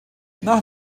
nach